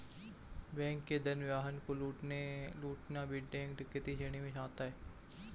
bank के धन वाहन को लूटना भी बैंक डकैती श्रेणी में आता है